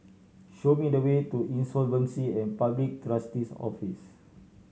show me the way to Insolvency and Public Trustee's Office